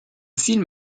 film